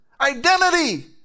identity